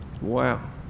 Wow